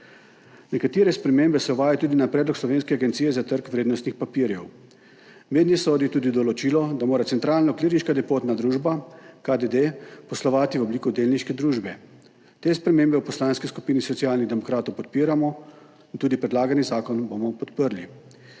Nekatere spremembe se uvajajo tudi na predlog slovenske Agencije za trg vrednostnih papirjev. Mednje sodi tudi določilo, da mora Centralna klirinško depotna družba – KDD poslovati v obliki delniške družbe. Te spremembe v Poslanski skupini Socialnih demokratov podpiramo in tudi predlagani zakon bomo podprli.